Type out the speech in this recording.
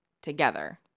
Together